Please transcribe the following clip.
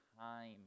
time